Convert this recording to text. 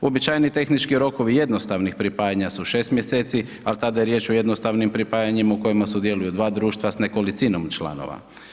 Uobičajeni tehnički rokovi jednostavnih pripajanja su 6 mjeseci, al tada je riječ o jednostavnim pripajanjima u kojima sudjeluju dva društva s nekolicinom članova.